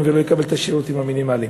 ולא יקבל את השירותים המינימליים.